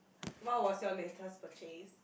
what was your latest purchase